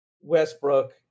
Westbrook